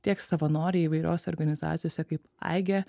tiek savanoriai įvairiose organizacijose kaip aige